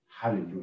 Hallelujah